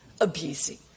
abusing